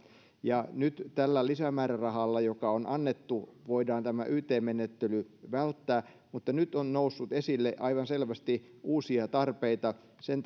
nyt tällä lisämäärärahalla joka on annettu voidaan tämä yt menettely välttää mutta nyt on noussut esille aivan selvästi uusia tarpeita sen